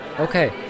Okay